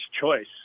choice